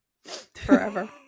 forever